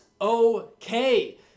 okay